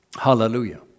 Hallelujah